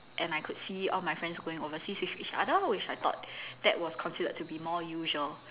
and I could see all my friends going overseas with each other which I thought that was considered to be more usual